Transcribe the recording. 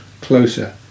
closer